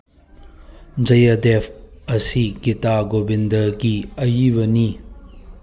ꯖꯌꯗꯦꯕ ꯑꯁꯤ ꯒꯤꯇꯥ ꯒꯣꯕꯤꯟꯗꯒꯤ ꯑꯌꯤꯕꯅꯤ